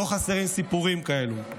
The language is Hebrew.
לא חסרים סיפורים כאלה.